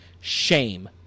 Shame